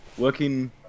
Working